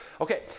Okay